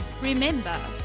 Remember